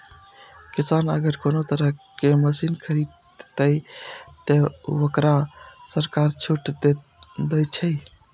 किसान अगर कोनो तरह के मशीन खरीद ते तय वोकरा सरकार छूट दे छे?